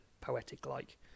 poetic-like